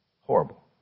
Horrible